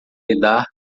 lidar